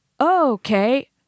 okay